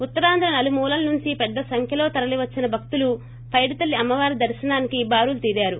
ఉత్తరాంధ్ర నలుమూలల నుంచి పెద్ద సంఖ్యలో తరలీ వచ్చిన భక్తులు పైడితల్లి అమ్మవారి దర్శనానికి బారులు తీరారు